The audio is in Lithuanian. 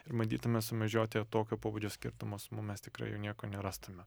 ir bandytume sumedžioti tokio pobūdžio skirtumus nu mes tikrai jau nieko nerastume